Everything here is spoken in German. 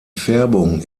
färbung